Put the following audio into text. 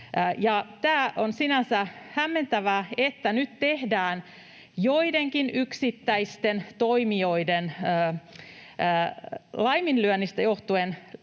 Tämä on sinänsä hämmentävää, että nyt joidenkin yksittäisten toimijoiden laiminlyönneistä johtuen